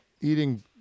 eating